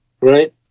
right